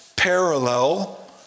Parallel